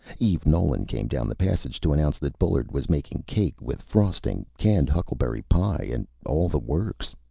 eve nolan came down the passage to announce that bullard was making cake, with frosting, canned huckleberry pie, and all the works.